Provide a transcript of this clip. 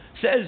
Says